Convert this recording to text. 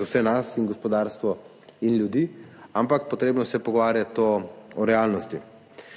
vse nas, in gospodarstvo in ljudi, ampak potrebno se je pogovarjati o realnosti.